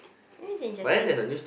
very interesting